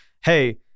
hey